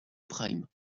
prime